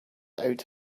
out